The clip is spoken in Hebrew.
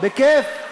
בכיף.